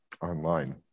online